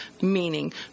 meaning